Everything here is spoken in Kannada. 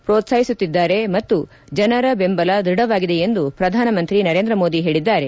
ಪೋತ್ಸಾಹಿಸುತ್ತಿದ್ಗಾರೆ ಮತ್ತು ಜನರ ಬೆಂಬಲ ದೃಢವಾಗಿದೆ ಎಂದು ಶ್ರಧಾನಿ ನರೇಂದ್ರ ಮೋದಿ ಹೇಳಿದ್ಗಾರೆ